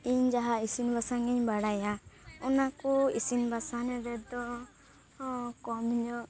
ᱤᱧ ᱡᱟᱦᱟᱸ ᱤᱥᱤᱱ ᱵᱟᱥᱟᱝ ᱤᱧ ᱵᱟᱲᱟᱭᱟ ᱚᱱᱟ ᱠᱚ ᱤᱥᱤᱱ ᱵᱟᱥᱟᱝ ᱨᱮᱫᱚ ᱠᱚᱢ ᱧᱚᱜ